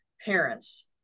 parents